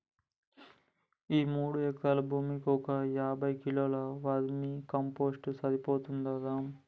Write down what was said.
ఈ మూడు ఎకరాల భూమికి ఒక యాభై కిలోల వర్మీ కంపోస్ట్ సరిపోతుందా రాము